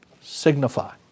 signify